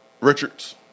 Richards